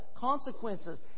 consequences